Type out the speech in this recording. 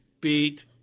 beat